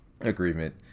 agreement